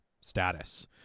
status